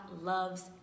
loves